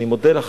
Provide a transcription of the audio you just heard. אני מודה לך,